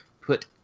Put